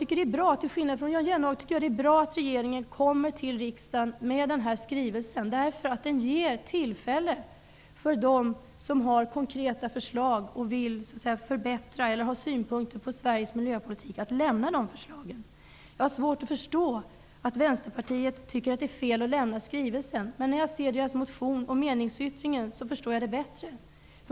Herr talman, till skillnad från Jan Jennehag, tycker jag att det är bra att regeringen kommer till riksdagen med den här skrivelsen. Den ger ju dem tillfälle som har konkreta förslag och synpunkter, och som vill förbättra Sveriges miljöpolitik, att lämna sina förslag. Jag har svårt att förstå att Vänsterpartiet anser det vara fel att lämna över skrivelsen. Men när jag ser Vänsterpartiets motion och meningsyttring, förstår jag det bättre.